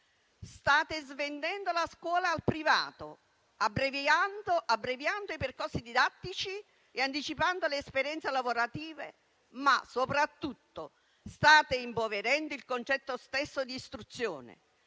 State svendendo la scuola al privato, abbreviando i percorsi didattici e anticipando le esperienze lavorative. Ma soprattutto state impoverendo il concetto stesso di istruzione